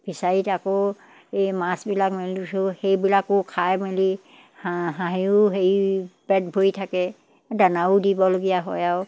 ফিছাৰীত আকৌ এই মাছবিলাক মেলিছোঁ সেইবিলাকো খাই মেলি হাঁহ হাঁহেও হেৰি পেট ভৰি থাকে দানাও দিবলগীয়া হয় আৰু